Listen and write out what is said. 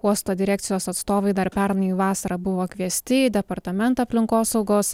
uosto direkcijos atstovai dar pernai vasarą buvo kviesti į departamentą aplinkosaugos